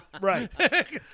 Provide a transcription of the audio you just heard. Right